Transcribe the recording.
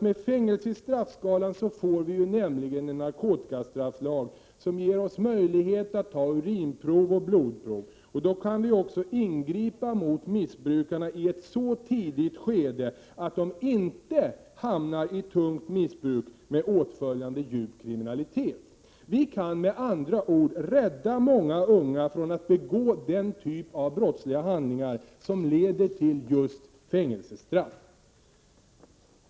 Med fängelse i straffskalan får vi nämligen en narkotikastrafflag, som ger oss möjlighet att ta urinprov och blodprov, och då kan vi också ingripa mot missbrukarna i ett så tidigt skede att de inte hamnar i tungt missbruk med åtföljande djup kriminalitet. Vi kan med andra ord rädda många unga från att begå den typ av brottsliga handlingar som leder till just fängelsestraff.